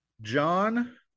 John